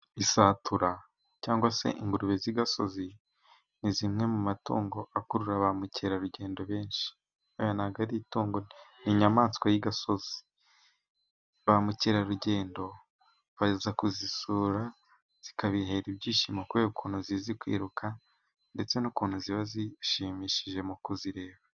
Isatura cyangwa se ingurube z'igasozi, ni zimwe mu matungo akurura ba mukerarugendo benshi. Hoya ntabwo ari itungo ni inyamaswa y'isozi. Ba mukerarugendo baza kuzisura zikabihera ibyishimo, kubera ukuntu zizi kwiruka ndetse n'ukuntu ziba zishimishije mu kuzireba.